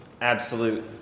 absolute